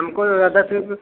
हमको दादा फिर